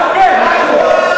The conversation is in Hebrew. אף פעם.